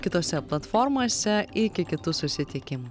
kitose platformose iki kitų susitikimų